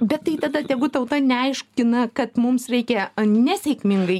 bet tai tada tegu tauta neaiškina kad mums reikia nesėkmingai